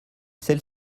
celle